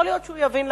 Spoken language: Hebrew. יכול להיות שהוא יבין,